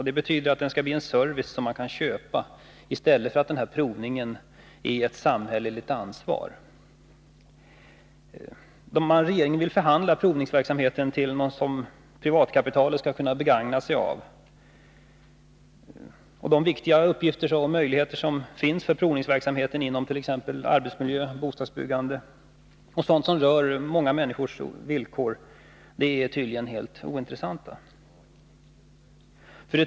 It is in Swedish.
Det betyder att den skall bli en service som kan köpas -— i stället för att provningen skall vara ett samhälleligt ansvar. Regeringen vill förvandla provningarna till något som privata företag skall kunna begagna sig av. 2. De viktiga uppgifter och möjligheter som finns för provningsverksamheten inom t.ex. arbetsmiljö, bostadsbyggande och sådant som rör många människors villkor är tydligen helt ointressanta.